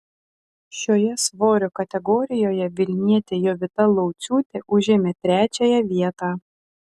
šioje svorio kategorijoje vilnietė jovita lauciūtė užėmė trečiąją vietą